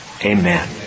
Amen